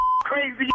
crazy